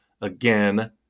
Again